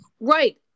Right